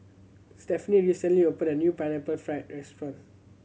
Stephaine recently opened a new Pineapple Fried restaurant